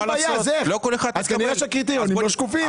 אז כנראה שהקריטריונים לא שקופים.